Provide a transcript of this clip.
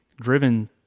driven